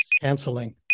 canceling